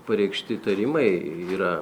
pareikšti įtarimai yra